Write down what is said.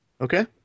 Okay